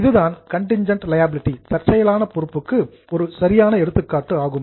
இதுதான் contingent liability தற்செயலான பொறுப்புக்கு ஒரு சரியான எடுத்துக்காட்டு ஆகும்